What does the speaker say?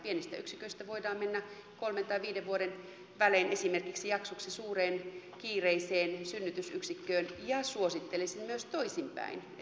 pienistä yksiköistä voidaan mennä kolmen tai viiden vuoden välein esimerkiksi jaksoksi suureen kiireiseen synnytysyksikköön ja suosittelisin myös toisinpäin